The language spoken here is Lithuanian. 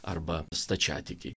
arba stačiatikiai